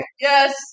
Yes